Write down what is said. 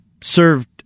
served